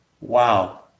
Wow